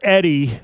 Eddie